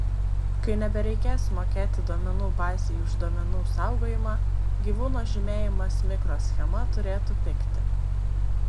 kai nebereikės mokėti duomenų bazei už duomenų saugojimą gyvūno žymėjimas mikroschema turėtų pigti